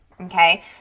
Okay